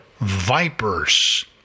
vipers